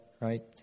Right